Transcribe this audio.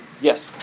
Yes